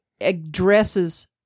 addresses